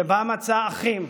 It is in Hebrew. שבו מצא אחים,